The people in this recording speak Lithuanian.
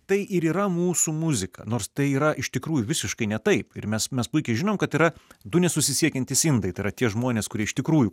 tai ir yra mūsų muzika nors tai yra iš tikrųjų visiškai ne taip ir mes mes puikiai žinom kad yra du nesusisiekiantys indai tai yra tie žmonės kurie iš tikrųjų